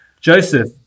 joseph